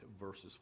verses